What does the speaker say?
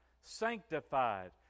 sanctified